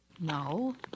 No